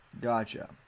Gotcha